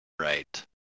Right